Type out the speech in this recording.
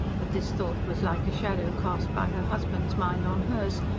but this thought was like a shadow cast by her husband's mind on hers,